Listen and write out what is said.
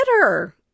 better